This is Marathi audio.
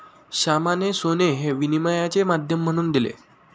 श्यामाने सोने हे विनिमयाचे माध्यम म्हणून दिले